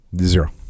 Zero